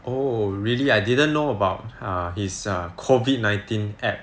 oh really I didn't know about err his err COVID nineteen app